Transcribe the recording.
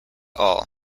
all